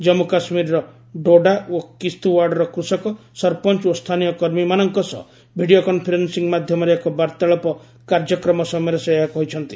ଜାନ୍ଗୁ କାଶ୍ମୀରର ଡୋଡା ଓ କିସ୍ତୁୱାଡ୍ର କୃଷକ ସରପଞ୍ଚ ଓ ସ୍ଥାନୀୟ କର୍ମୀମାନଙ୍କ ସହ ଭିଡ଼ିଓ କନ୍ଫରେନ୍ସିଂ ମାଧ୍ୟମରେ ଏକ ବାର୍ତ୍ତଳାପ କାର୍ଯ୍ୟକ୍ରମ ସମୟରେ ସେ ଏହା କହିଛନ୍ତି